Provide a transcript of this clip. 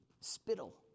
spittle